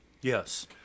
Yes